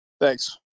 Thanks